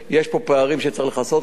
יש פה פערים שצריך לכסות אותם.